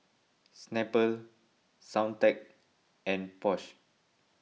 Snapple Soundteoh and Porsche